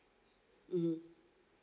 mmhmm